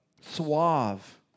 suave